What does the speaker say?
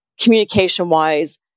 communication-wise